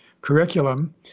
curriculum